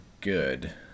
good